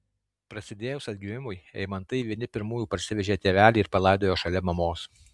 prasidėjus atgimimui eimantai vieni pirmųjų parsivežė tėvelį ir palaidojo šalia mamos